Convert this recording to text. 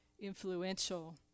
influential